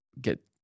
get